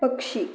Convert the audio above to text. पक्षी